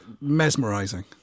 mesmerizing